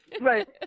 right